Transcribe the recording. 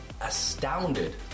astounded